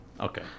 okay